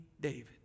David